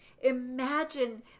Imagine